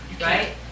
right